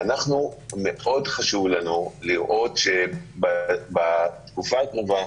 מאוד חשוב לנו לראות בתקופה הקרובה